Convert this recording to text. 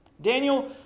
Daniel